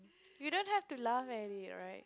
you don't have to laugh at it right